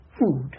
food